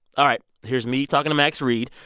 all right. here's me talking to max read.